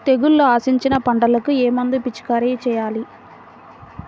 తెగుళ్లు ఆశించిన పంటలకు ఏ మందు పిచికారీ చేయాలి?